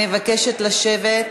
אני מבקשת לשבת.